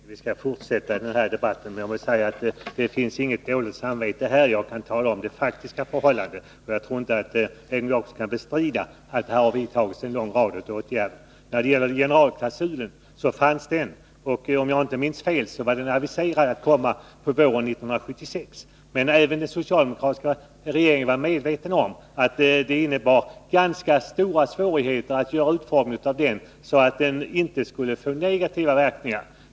Herr talman! Jag vet inte hur länge vi skall fortsätta den här debatten, men jag måste säga att det inte finns något dåligt samvete här — jag talar om de faktiska förhållandena. Jag tror inte att Egon Jacobsson kan bestrida att det har vidtagits en lång rad åtgärder. Generalklausulen var, om jag inte minns fel, aviserad att komma på våren 1976. Men även den socialdemokratiska regeringen var medveten om att utformningen av den innebar ganska stora svårigheter, om den inte skulle få negativa verkningar.